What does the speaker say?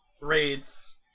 raids